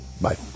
Bye